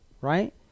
right